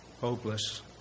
hopeless